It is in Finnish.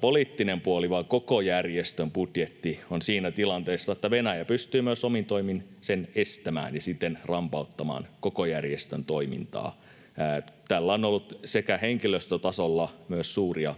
poliittinen puoli vaan koko järjestön budjetti on siinä tilanteessa, että Venäjä pystyy myös omin toimin sen estämään ja siten rampauttamaan koko järjestön toimintaa. Tällä on ollut myös henkilöstötasolla suuria